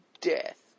death